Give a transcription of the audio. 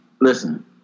listen